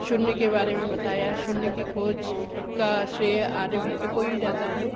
शून्य के बारे में बताया शून्य की खोज का श्रेय आर्यभट्ट को ही जाता है